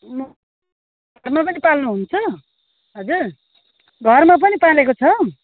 घरमा पनि पाल्नुहुन्छ हजुर घरमा पनि पालेको छ